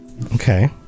Okay